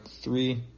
three